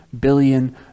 billion